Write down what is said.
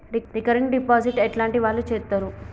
Recurring deposit ఎట్లాంటి వాళ్లు చేత్తరు?